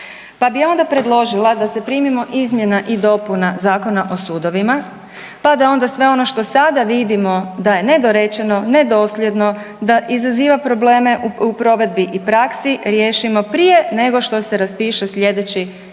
Pa bi ja onda predložila da se primimo izmjena i dopuna Zakona o sudovima pa da onda sve ono što sada vidimo da je nedorečeno, nedosljedno, da izaziva probleme u provedbi i praksi riješimo prije nego što se raspiše slijedeći